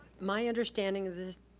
my understanding of this,